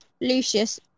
Lucius